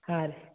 ಹಾಂ ರೀ